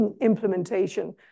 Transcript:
implementation